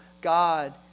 God